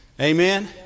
Amen